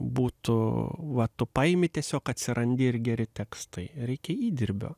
būtų va tu paimi tiesiog atsirandi ir geri tekstai reikia įdirbio